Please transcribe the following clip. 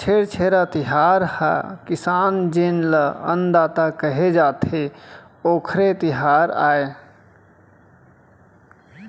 छेरछेरा तिहार ह किसान जेन ल अन्नदाता केहे जाथे, ओखरे तिहार आय